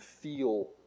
feel